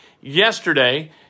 yesterday